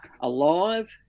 alive